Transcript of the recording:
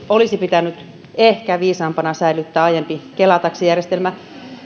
olisi pitänyt ehkä viisaampana säilyttää aiempi kela taksijärjestelmä